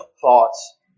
thoughts